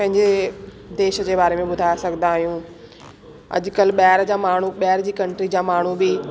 पंहिंजे देश जे बारे में ॿुधाइ सघंदा आहियूं अॼुकल्ह ॿाहिरि जा माण्हू ॿाहिरि जी कंट्री जा माण्हू बि